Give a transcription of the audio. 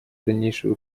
дальнейшего